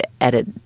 edit